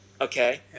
Okay